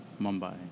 Mumbai